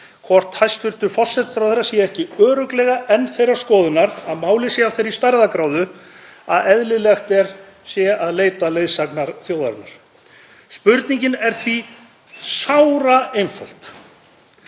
hvort hæstv. forsætisráðherra sé ekki örugglega enn þeirrar skoðunar að málið sé af þeirri stærðargráðu að eðlilegt sé að leita leiðsagnar þjóðarinnar. Spurningin er því sáraeinföld: